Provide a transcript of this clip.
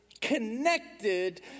connected